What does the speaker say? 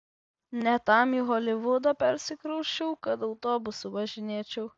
ne tam į holivudą persikrausčiau kad autobusu važinėčiau